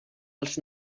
els